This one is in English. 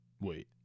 Wait